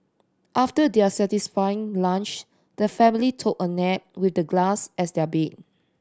after their satisfying lunch the family took a nap with the grass as their bed